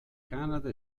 canada